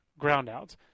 groundouts